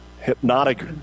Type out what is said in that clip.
hypnotic